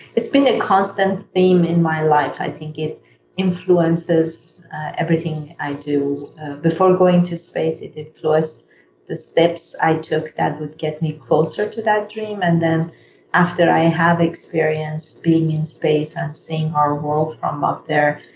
it's been a constant theme in my life. i think it influences everything i do before going to space, it influenced the steps i took that would get me closer to that dream, and then after i have experienced being in space and seeing our world from um up there.